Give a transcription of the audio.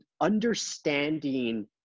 understanding